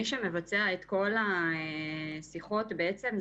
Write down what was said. ששם אני עושה את השיחה ממילא,